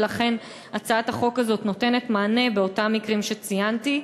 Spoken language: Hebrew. ולכן הצעת החוק הזאת נותנת מענה לאותם מקרים שציינתי.